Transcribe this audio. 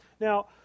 Now